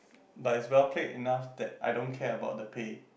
but it's well paid enough that I don't care about the pay